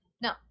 no